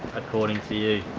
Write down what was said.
according to